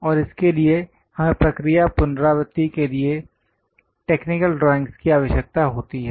और इसके लिए हमें प्रक्रिया पुनरावृत्ति के लिए टेक्निकल ड्राइंग्स की आवश्यकता होती है